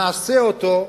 נעשה אותו,